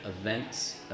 events